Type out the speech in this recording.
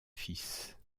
fils